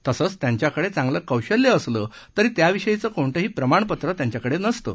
तसेच त्यांच्याकडे चांगलं कौशल्य असलं तरी त्याविषयीचं कोणतंही प्रमाणपत्रं त्यांच्याकडे नसतात